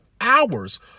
hours